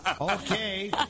Okay